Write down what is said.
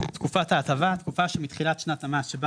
"תקופת ההטבה" התקופה שמתחילת שנת המס שבה